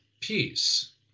peace